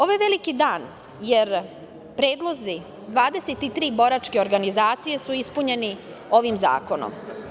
Ovo je veliki dan, jer predlozi 23 boračke organizacije su ispunjeni ovim zakonom.